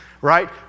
right